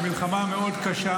במלחמה מאוד קשה.